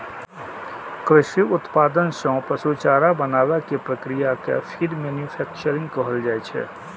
कृषि उत्पाद सं पशु चारा बनाबै के प्रक्रिया कें फीड मैन्यूफैक्चरिंग कहल जाइ छै